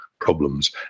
problems